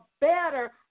better